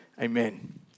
amen